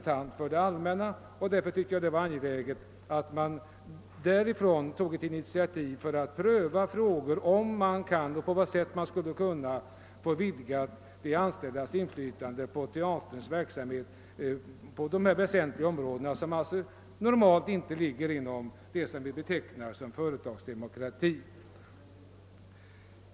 Jag har därför ansett det angeläget att man från statens sida tog ett initiativ för att pröva om och på vilket sätt man skulle kunna vidga de anställdas inflytande på teaterns verksamhet inom dessa områden, som alltså normalt inte faller inom vad vi betecknar som företagsdemokrati.